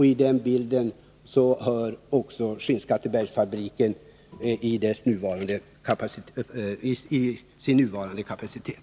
Till bilden hör att Skinnskatteberg måste behålla sin nuvarande kapacitet.